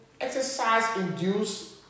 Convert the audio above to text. exercise-induced